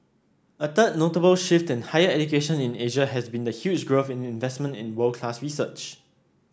a third notable shift in higher education in Asia has been the huge growth in investment in world class research